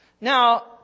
Now